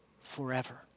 forever